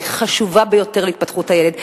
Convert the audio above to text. והיא חשובה ביותר להתפתחות הילד.